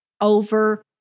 over